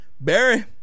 Barry